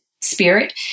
spirit